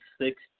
six